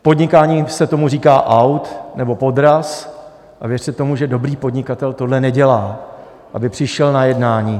V podnikání se tomu říká aut nebo podraz, a věřte tomu, že dobrý podnikatel tohle nedělá, aby přišel na jednání...